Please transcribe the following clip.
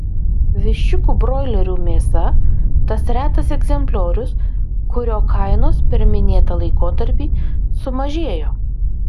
viščiukų broilerių mėsa tas retas egzempliorius kurio kainos per minėtą laikotarpį sumažėjo